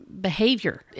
behavior